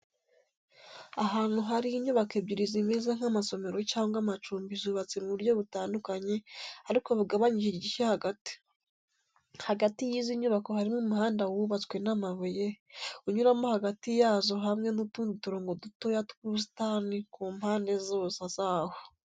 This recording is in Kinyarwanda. Ahantu hari inyubako ebyiri zimeze nk’amasomero cyangwa amacumbi zubatse mu buryo butandukanye ariko bugabanyije igice hagati. Hagati y’izi nyubako harimo umuhanda wubatswe n’amabuye, unyuramo hagati yazo hamwe n’utundi turongo dutoya tw’ubusitani ku mpande zose zaho.